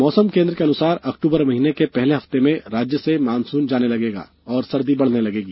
मौसम केंद्र के अनुसार अक्टूबर महीने के पहले हफ्ते में राज्य से मानसून जाने लगेगा और सर्दी बढ़ने लगेगी